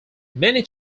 many